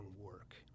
work